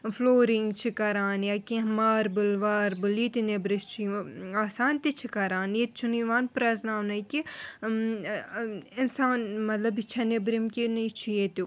flooring چھِ کَران یا کیٚنٛہہ ماربٕل واربٕل یہِ تہِ نیٚبرٕ چھِ آسان تہِ چھِ کَران ییٚتہِ چھُنہٕ یِوان پرٛیٚزناونَے کہِ ٲں اِنسان مطلب یہِ چھا نیٚبرِم کہِ نہٕ یہِ چھُ ییٚتیُک